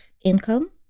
income